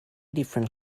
different